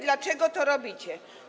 Dlaczego to robicie?